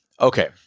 Okay